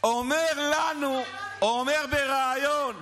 אומר בריאיון: